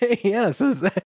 Yes